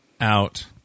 out